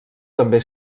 també